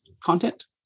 content